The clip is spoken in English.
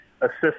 assist